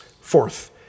Fourth